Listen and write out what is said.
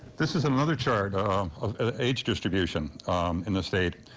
this is another chart of age distribution in the state.